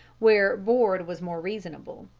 where board was more reasonable.